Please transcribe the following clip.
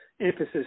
emphasis